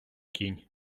кінь